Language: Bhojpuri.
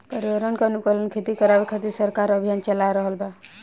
पर्यावरण के अनुकूल खेती करावे खातिर सरकार अभियान चाला रहल बा